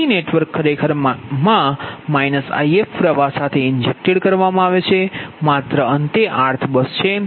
તેથી નેટવર્ક ખરેખર If પ્ર્વાહ સાથે ઇન્જેક્ટ કરવામાં આવે છે માત્ર અંતે rthબસ છે